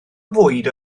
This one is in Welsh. fwyd